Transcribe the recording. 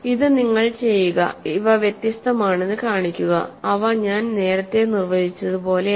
ഇത് നിങ്ങൾ ചെയ്യുക ഇവ വ്യത്യസ്തമാണെന്ന് കാണിക്കുക അവ ഞാൻ നേരത്തെ നിർവചിച്ചതുപോലെയല്ല